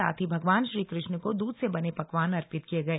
साथ ही भगवान श्रीकृष्ण को दूध से बने पकवान अर्पित किए गए